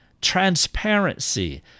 transparency